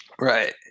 Right